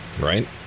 Right